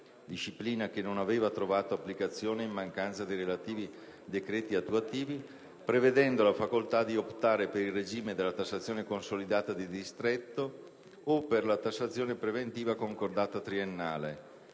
(disciplina che non aveva trovato applicazione in mancanza dei relativi decreti attuativi), prevedendo la facoltà di optare per il regime della tassazione consolidata di distretto o per la tassazione preventiva concordata triennale.